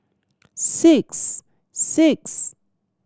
six six